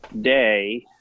day